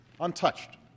untouched